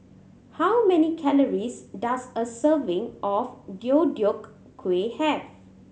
how many calories does a serving of Deodeok Gui have